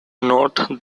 note